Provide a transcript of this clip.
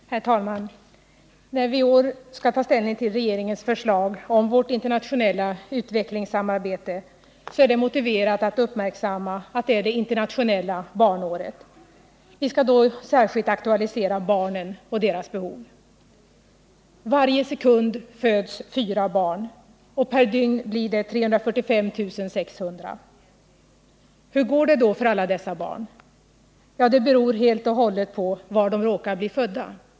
Herr talman! När vi i år skall ta ställning till regeringens förslag om vårt internationella utvecklingssamarbete, är det motiverat att uppmärksamma att det är det internationella barnåret. Vi skall då särskilt aktualisera barnen och deras behov. Varje sekund föds fyra barn, och per dygn blir det 345 000. Hur går det då för alla dessa barn? Ja, det beror helt och hållet på var de råkar bli födda.